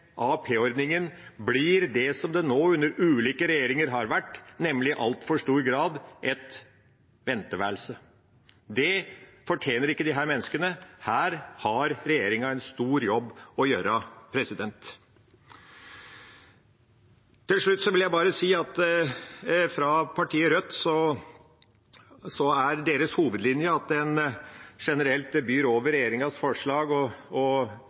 blir det som det, under ulike regjeringer, i altfor stor grad har vært: et venteværelse. Det fortjener ikke disse menneskene. Her har regjeringa en stor jobb å gjøre. Til slutt vil jeg bare si at partiet Rødts hovedlinje er generelt å by over regjeringas forslag og avtale med SV nærmest uansett. Jeg synes ikke det er